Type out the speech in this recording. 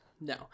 No